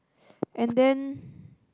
and then